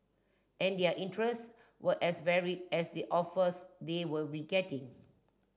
and their interest were as varied as the offers they will be getting